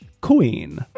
queen